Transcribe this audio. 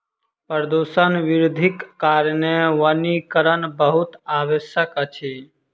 प्रदूषण वृद्धिक कारणेँ वनीकरण बहुत आवश्यक अछि